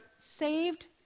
saved